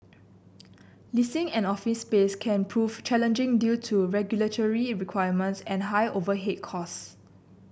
leasing an office space can prove challenging due to regulatory requirements and high overhead costs